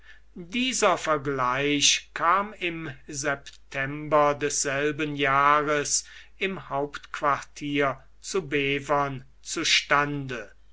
dieser vergleich kam im september desselben jahres im hauptquartier zu bevern